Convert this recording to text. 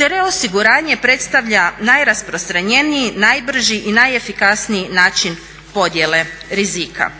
te reosiguranje predstavlja najrasprostranjeniji, najbrži i najefikasniji način podjele rizika.